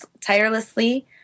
tirelessly